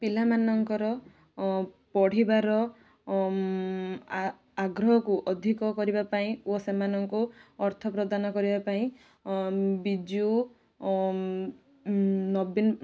ପିଲାମାନଙ୍କର ପଢ଼ିବାର ଆଗ୍ରହକୁ ଅଧିକ କରିବା ପାଇଁ ଓ ସେମାନଙ୍କୁ ଅର୍ଥ ପ୍ରଦାନ କରିବା ପାଇଁ ବିଜୁ ନବୀନ